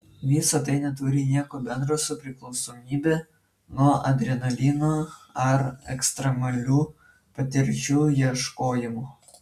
visa tai neturi nieko bendro su priklausomybe nuo adrenalino ar ekstremalių patirčių ieškojimu